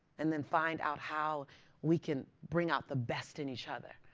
and then, find out how we can bring out the best in each other.